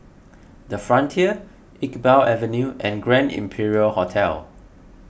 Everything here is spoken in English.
the Frontier Iqbal Avenue and Grand Imperial Hotel